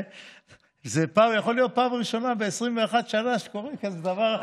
זו יכולה להיות פעם ראשונה ב-21 שנה שקורה כזה דבר.